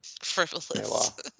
Frivolous